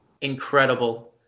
incredible